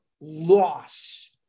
loss